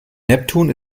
neptun